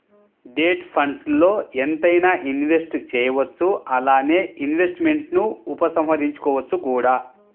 debt ఫండ్స్ల్లో ఎంతైనా invest చేయవచ్చు అలానే ఇన్వెస్ట్మెంట్స్ను ఉపసంహరించుకోవచ్చు కూడా